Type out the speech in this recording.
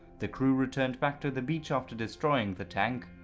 the crew returned back to the beach after destroying the tank.